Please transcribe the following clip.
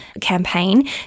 campaign